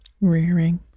Rearing